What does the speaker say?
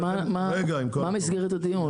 מה מסגרת הדיון?